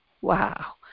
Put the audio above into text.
Wow